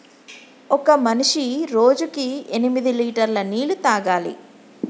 ఒక మనిషి రోజుకి ఎనిమిది లీటర్ల నీళ్లు తాగాలి